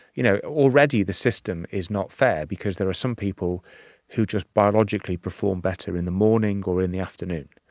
you know already the system is not fair because there are some people who just biologically perform better in the morning or in the afternoon,